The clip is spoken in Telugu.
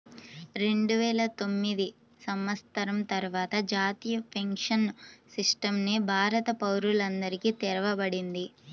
రెండువేల తొమ్మిది సంవత్సరం తర్వాత జాతీయ పెన్షన్ సిస్టమ్ ని భారత పౌరులందరికీ తెరవబడింది